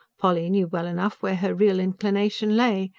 polly knew well enough where her real inclination lay.